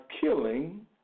killing